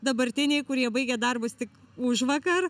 dabartiniai kurie baigė darbus tik užvakar